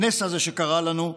הנס הזה שקרה לנו,